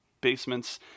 basements